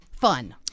Fun